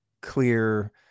clear